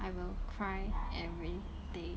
I will cry every day